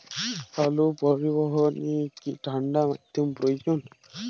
আলু পরিবহনে কি ঠাণ্ডা মাধ্যম প্রয়োজন?